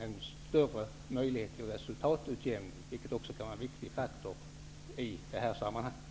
en större möjlighet till resultatutjämning, vilket också kan vara en viktigt faktor i det här sammanhanget.